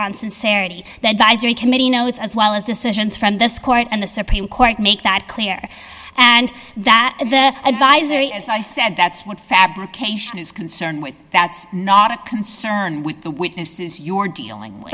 notes as well as decisions from this court and the supreme court make that clear and that is the advisory as i said that's what fabrication is concerned with that's not a concern with the witnesses you're dealing with